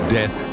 Death